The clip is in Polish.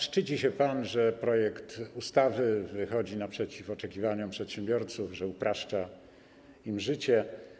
Szczyci się pan, że projekt ustawy wychodzi naprzeciw oczekiwaniom przedsiębiorców, że upraszcza im życie.